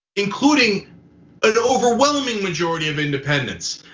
including an overwhelming majority of independence.